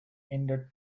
ended